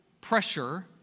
pressure